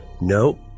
Nope